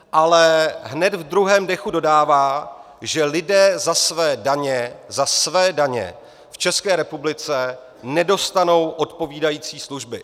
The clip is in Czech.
Ale hned v druhém dechu dodává, že lidé za své daně za své daně v České republice nedostanou odpovídající služby.